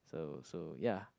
so so ya